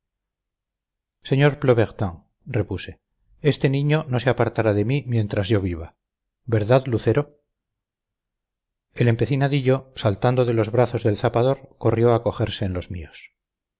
sr plobertin repuse este niño no se apartará de mí mientras yo viva verdad lucero el empecinadillo saltando de los brazos del zapador corrió a arrojarse en los míos